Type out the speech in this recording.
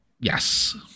Yes